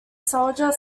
soldier